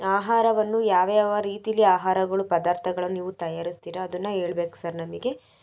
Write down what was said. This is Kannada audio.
ಆಹಾರವನ್ನು ಯಾವಯಾವ ರೀತೀಲಿ ಆಹಾರಗಳು ಪದಾರ್ಥಗಳನ್ ನೀವು ತಯಾರಿಸ್ತೀರ ಅದನ್ನು ಹೇಳ್ಬೇಕ್ ಸರ್ ನಮಗೆ